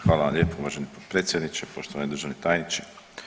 Hvala vam lijepo uvaženi potpredsjedniče, poštovani državni tajniče.